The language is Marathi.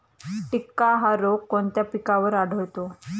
टिक्का हा रोग कोणत्या पिकावर आढळतो?